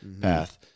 path